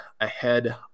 ahead